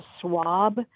swab